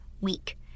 week